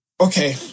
Okay